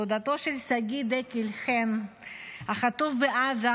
דודתו של שגיא דקל חן החטוף בעזה,